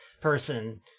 person